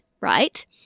right